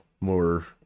more